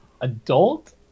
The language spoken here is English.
adult